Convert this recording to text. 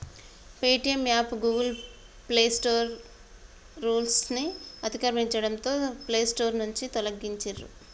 Paytm app Google play store రూల్స్ను అతిక్రమించడంతో play store నుంచి తొలగించిర్రు